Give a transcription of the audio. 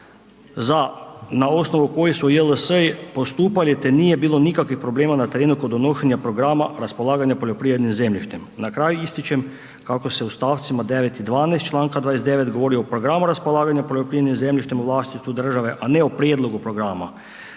na osnovu kojih su JLS-i postupali te nije bilo nikakvih problema na terenu kod donošenja programa raspolaganja poljoprivrednim zemljištem. Na kraju ističem kako se u stavcima 9. i 12. čl. 29. govori o programu raspolaganja poljoprivrednim zemljištem u vlasništvu države a ne o prijedlogu programa